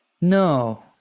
No